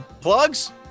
Plugs